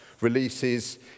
releases